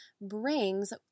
brings